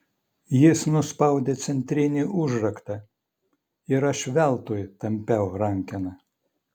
jis nuspaudė centrinį užraktą ir aš veltui tampiau rankeną